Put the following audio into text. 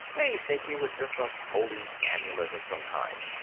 they'd think it was just a holy amulet of some kind.